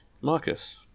Marcus